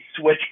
switch